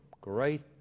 great